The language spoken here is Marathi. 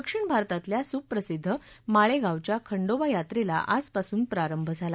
दक्षिण भारतातल्या सुप्रसिद्ध माळेगावच्या खंडोबायात्रेला आजपासून प्रारंभ झाला